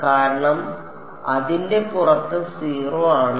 കാരണം അതിന്റെ പുറത്ത് 0 ആണ്